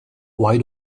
why